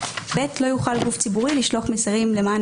(ב)לא יוכל גוף ציבורי לשלוח מסרים למען